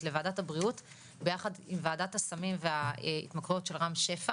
לוועדת הבריאות ביחד עם וועדת הסמים וההתמכרויות של רם שפע